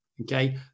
okay